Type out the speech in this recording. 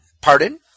Pardon